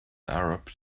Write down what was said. arab